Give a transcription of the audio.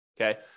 Okay